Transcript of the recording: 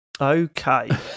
Okay